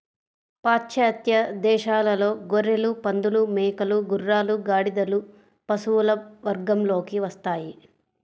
పాశ్చాత్య దేశాలలో గొర్రెలు, పందులు, మేకలు, గుర్రాలు, గాడిదలు పశువుల వర్గంలోకి వస్తాయి